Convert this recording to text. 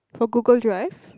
for Google Drive